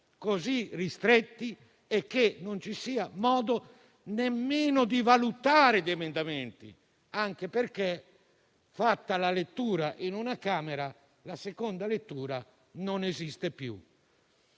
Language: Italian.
così ristretti e che non ci sia nemmeno il modo di valutare gli emendamenti, anche perché, fatta la lettura in una Camera, la seconda lettura non esiste più.